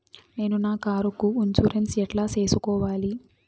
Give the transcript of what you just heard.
నేను నా కారుకు ఇన్సూరెన్సు ఎట్లా సేసుకోవాలి